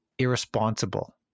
irresponsible